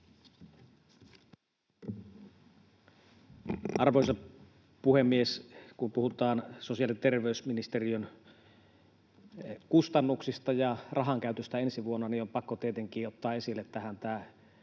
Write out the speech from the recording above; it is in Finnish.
Arvoisa puhemies! Kun puhutaan sosiaali- ja terveysministeriön kustannuksista ja rahankäytöstä ensi vuonna, niin on pakko tietenkin ottaa tähän